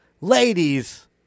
Ladies